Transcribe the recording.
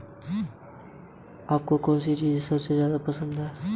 ऋण आवेदन आई.डी क्या होती है?